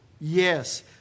Yes